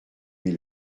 mis